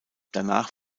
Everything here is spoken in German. danach